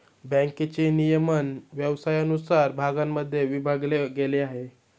बँकेचे नियमन व्यवसायानुसार भागांमध्ये विभागले गेले आहे